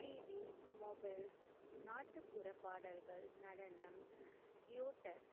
TV mobile நாட்டுப்புற பாடல்கள் நடனம் ட்யூட்டர்